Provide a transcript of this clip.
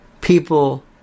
people